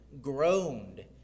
groaned